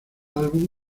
álbum